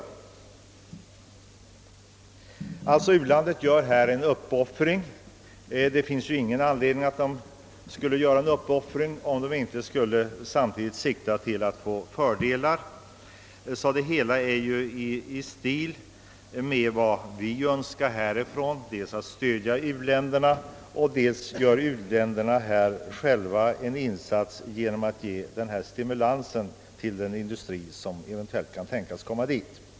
U-länderna gör alltså en uppoffring. Det finns ingen anledning för dem att göra detta, om de inte samtidigt siktade till vissa fördelar. Inställningen liknar alltså den vi har här i Sverige. Vi vill ju dels stödja u-länderna, dels hjälpa dem att i sin tur göra en insats genom att ge en stimulans till den industri som eventuellt kan tänkas förläggas dit.